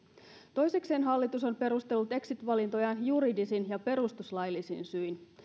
toisekseen hallitus on perustellut exit valintojaan juridisin ja perustuslaillisin syin